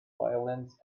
violins